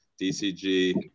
DCG